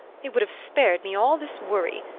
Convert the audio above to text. it would have spared me all this worry.